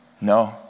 no